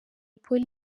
polly